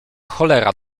cholera